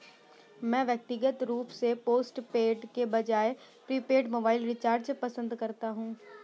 मैं व्यक्तिगत रूप से पोस्टपेड के बजाय प्रीपेड मोबाइल रिचार्ज पसंद करता हूं